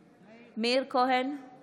נגד מתן כהנא, אינו נוכח עופר